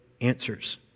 answers